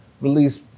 Release